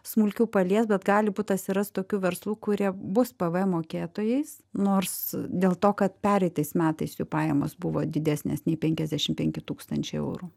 smulkių palies bet gali būt atsiras tokių verslų kurie bus pvm mokėtojais nors dėl to kad pereitais metais jų pajamos buvo didesnės nei penkiasdešim penki tūkstančiai eurų